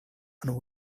and